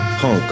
punk